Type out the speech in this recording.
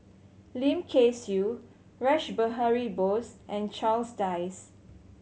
Lim Kay Siu Rash Behari Bose and Charles Dyce